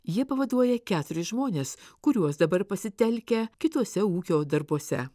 jie pavaduoja keturis žmones kuriuos dabar pasitelkia kituose ūkio darbuose